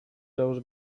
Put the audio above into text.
those